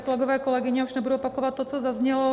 Kolegyně, kolegové, už nebudu opakovat to, co zaznělo.